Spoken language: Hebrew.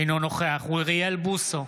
אינו נוכח אוריאל בוסו,